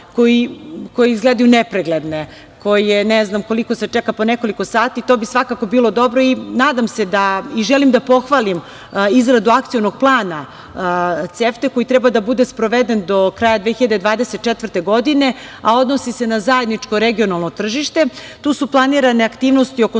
koje izgledaju nepregledno, ne znam koliko se čeka, po nekoliko sati, to bi svakako bilo dobro i želim da pohvalim izradu Akcionog plana CEFTA, koji treba da bude sproveden do kraja 2024. godine, a odnosi na zajedničko regionalno tržište. Tu su planirane aktivnosti oko